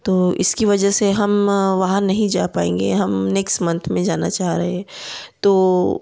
तो इसकी वजह से हम वहाँ नहीं जा पाएँगे हम नेक्स मंथ में जाना चाह रहे हैं तो